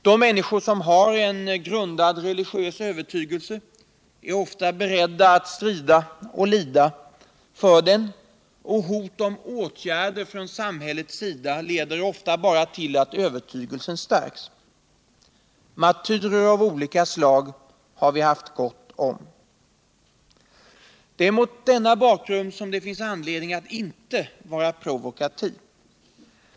De människor som har en grundad religiös övertygelse är ofta beredda att strida och lida för den. och hot om åtgärder från samhällets sida leder ofta bara till att övertygelsen stärks. Martyrer av olika slag har vi haft gott om. Det är mot denna bakgrund som dev finns anledning att inte vara provokativ.